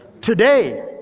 Today